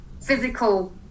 physical